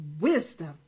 Wisdom